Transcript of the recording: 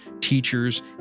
teachers